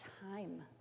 time